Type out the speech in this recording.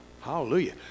hallelujah